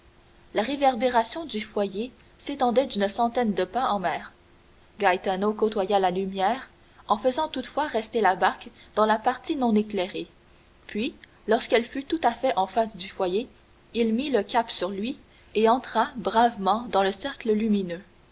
la réverbération du foyer s'étendait d'une centaine de pas en mer gaetano côtoya la lumière en faisant toutefois rester la barque dans la partie non éclairée puis lorsqu'elle fut tout à fait en face du foyer il mit le cap sur lui et entra bravement dans le cercle lumineux